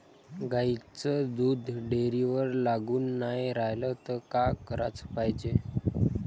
गाईचं दूध डेअरीवर लागून नाई रायलं त का कराच पायजे?